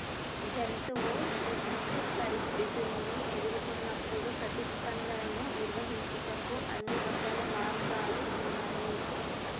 జంతువు నిర్దిష్ట పరిస్థితుల్ని ఎదురుకొన్నప్పుడు ప్రతిస్పందనను నిర్వహించుటకు అన్ని రకాల మార్గాలు ఉన్నాయి